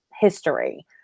history